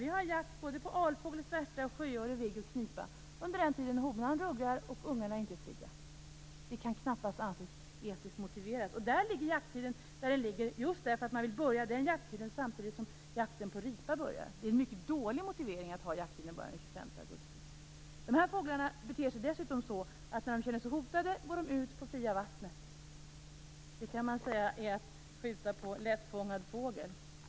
Vi har jakt på både alfågel, svärta, sjöorre, vigg och knipa under den tid då honan ruggar och ungarna inte är flygga. Det kan knappast anses etiskt motiverat. I det fallet ligger jakttiden där den ligger just därför att man vill börja jakten samtidigt med jakten på ripa. Det är en mycket dålig motivering för att låta jakten börja den 25 augusti. De här fåglarna beter sig dessutom så att när de känner sig hotade går de ut på fritt vatten. Det kan man säga är att skjuta på lättfångad fågel.